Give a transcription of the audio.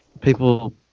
people